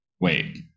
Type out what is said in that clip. wait